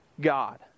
God